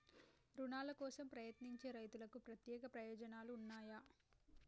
రుణాల కోసం ప్రయత్నించే రైతులకు ప్రత్యేక ప్రయోజనాలు ఉన్నయా?